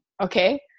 Okay